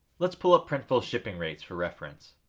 let's pull up printful's shipping rates for reference.